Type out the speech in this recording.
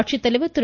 ஆட்சித்தலைவர் திரு